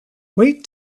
wait